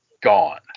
gone